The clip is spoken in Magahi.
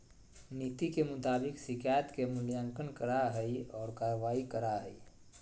नीति के मुताबिक शिकायत के मूल्यांकन करा हइ और कार्रवाई करा हइ